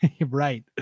Right